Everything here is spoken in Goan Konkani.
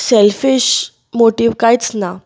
सेल्फीश मोटीव कांयच ना